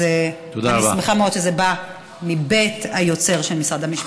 אז אני שמחה מאוד שזה בא מבית היוצר של משרד המשפטים.